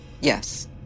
yes